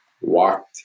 walked